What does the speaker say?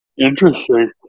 Interesting